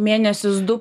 mėnesis du pusė metų